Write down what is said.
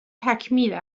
تکمیل